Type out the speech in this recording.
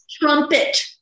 trumpet